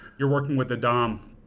you're working with a dom.